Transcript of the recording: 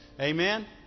Amen